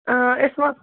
آ أسۍ ونو